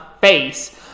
face